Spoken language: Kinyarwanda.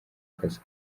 kazi